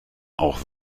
auch